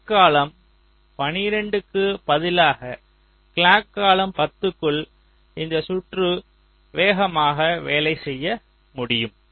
clock காலம் 12 க்கு பதிலாக கிளாக் காலம் 10 க்குள் இந்த சுற்று வேகமாக வேலை செய்ய முடியும்